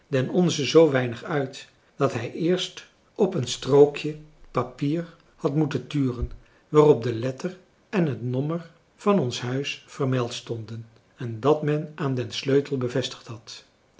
den onze zoo weinig uit dat hij eerst op een strookje papier had moeten turen waarop de letter en het nommer van ons huis vermeld stonden en dat men aan den sleutel bevestigd had